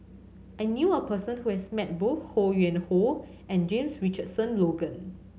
I knew a person who has met both Ho Yuen Hoe and James Richardson Logan